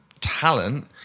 talent